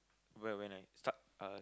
wh~ when I start uh